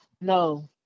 No